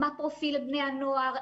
מה פרופיל בני הנוער.